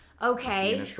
Okay